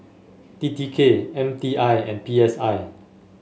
T T K M T I and P S I